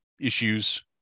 issues